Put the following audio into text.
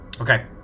Okay